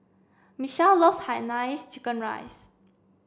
Michele loves Hainanese chicken rice